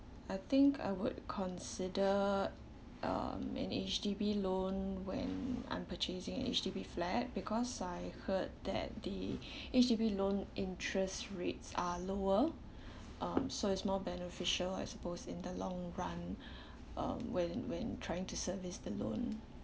I think I would consider uh an H_D_B loan when I'm purchasing H_D_B flat because I heard that the H_D_B loan interest rates are lower um so it's more beneficial I suppose in the long run uh when when trying to service the loan